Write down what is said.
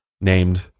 named